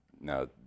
Now